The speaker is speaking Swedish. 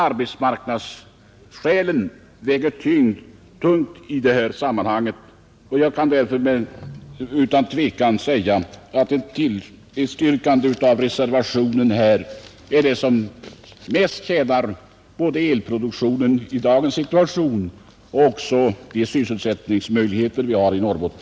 Arbetsmarknadsskälen väger tungt i det här sammanhanget, och jag kan därför utan tvekan säga att ett bifall till reservationen är det som bäst tjänar både elproduktionen i dagens situation och sysselsättningsmöjligheterna i Norrbotten.